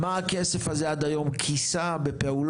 מה הכסף הזה עד היום כיסה בפעולות?